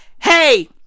Hey